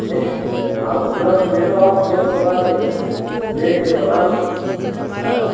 यहीं हाँ तो प्लॉट ले लो आप प्लॉट बना के सर लेकर बना लो हाँ